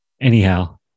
anyhow